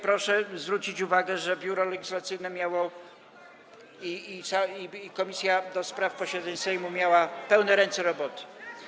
Proszę zwrócić uwagę, że Biuro Legislacyjne i komisja do spraw posiedzeń Sejmu miały pełne ręce roboty.